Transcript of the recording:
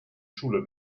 schule